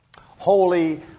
Holy